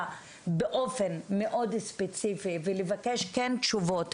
באופן מאוד ספציפי ולבקש כן תשובות,